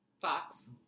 Fox